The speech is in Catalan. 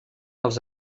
els